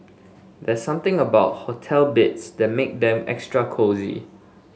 there's something about hotel beds that make them extra cosy